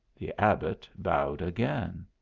the abbot bowed again.